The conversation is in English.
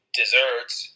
desserts